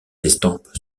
estampes